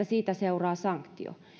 siitä seuraa sanktio